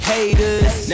Haters